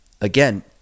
Again